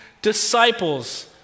disciples